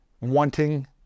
wanting